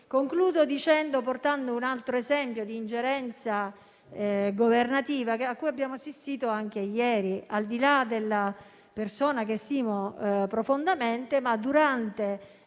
Concludo portando un altro esempio di ingerenza governativa a cui abbiamo assistito anche ieri, quando, al di là della persona che stimo profondamente, durante